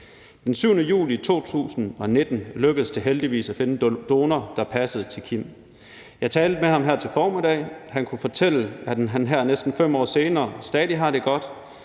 Den 7. juli 2019 lykkedes det heldigvis at finde en donor, der passede til Kim. Jeg talte med ham her til formiddag, og han kunne fortælle, at han her næsten 5 år senere stadig har det godt,